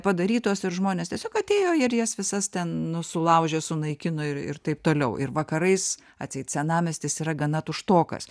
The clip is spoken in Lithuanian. padarytos ir žmonės tiesiog atėjo ir jas visas ten sulaužė sunaikino ir ir taip toliau ir vakarais atseit senamiestis yra gana tuštokas